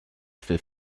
fait